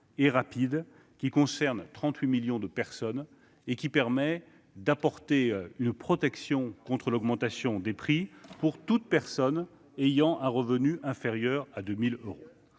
et rapide qui concerne 38 millions de personnes et qui permet d'apporter une protection contre l'augmentation des prix pour toute personne, je le répète, ayant un revenu inférieur à 2 000 euros.